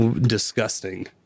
disgusting